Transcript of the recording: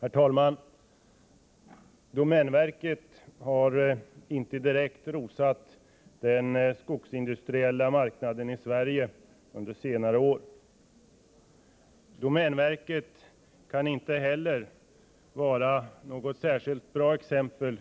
Herr talman! Domänverket har under senare år inte direkt rosat den skogsindustriella marknaden i Sverige. Inte heller kan domänverket vara något särskilt bra exempel